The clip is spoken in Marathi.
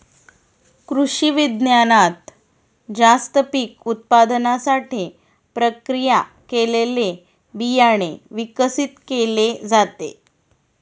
कृषिविज्ञानात जास्त पीक उत्पादनासाठी प्रक्रिया केलेले बियाणे विकसित केले जाते